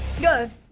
good?